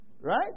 Right